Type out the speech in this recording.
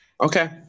Okay